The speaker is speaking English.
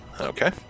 Okay